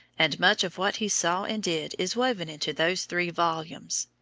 and much of what he saw and did is woven into those three volumes.